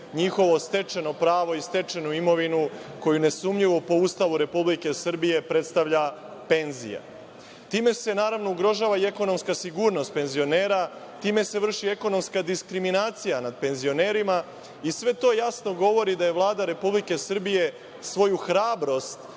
njihovo stečeno pravo i stečenu imovinu, koju, nesumnjivo, po Ustavu Republike Srbije predstavlja penzija. Time se, naravno, ugrožava i ekonomska sigurnost penzionera, time se vrši ekonomska diskriminacija nad penzionerima i sve to jasno govori da je Vlada Republike Srbije svoju hrabrost